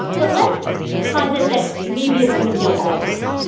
but let's posit that maybe it's going to be a long night.